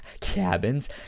cabins